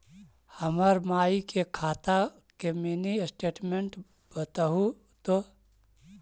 हमर माई के खाता के मीनी स्टेटमेंट बतहु तो?